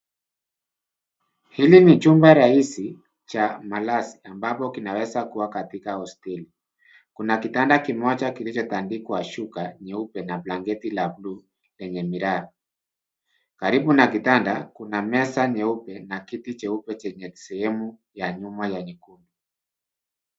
Hili ni chumba rahisi cha malazi ambapo kinaweza kuwa katika hosteli. Kuna kitanda kimoja kilichotandikwa shuka nyeupe na blanketi la buluu lenye miraba. Karibu na kitanda kuna meza nyeupe na kiti cheupe chenye sehemu ya nyuma ya nyekundu.